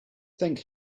thank